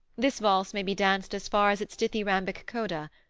this valse may be danced as far as its dithyrhambic coda.